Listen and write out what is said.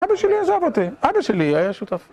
אבא שלי עזב אותי, אבא שלי היה שותף